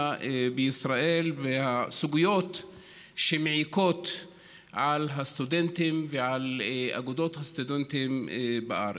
בישראל והסוגיות שמעיקות על הסטודנטים ועל אגודות הסטודנטים בארץ.